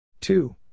Two